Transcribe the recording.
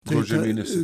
gruodžio mėnesį